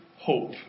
hope